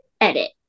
edit